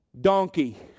donkey